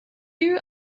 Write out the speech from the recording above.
you